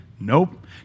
Nope